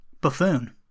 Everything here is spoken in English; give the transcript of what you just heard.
buffoon